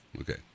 Okay